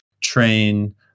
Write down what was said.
train